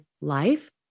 life